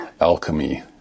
alchemy